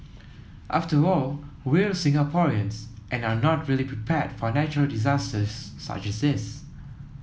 after all we're Singaporeans and are not really prepared for natural disasters such as this